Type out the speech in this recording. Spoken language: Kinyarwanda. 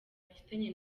afitanye